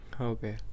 Okay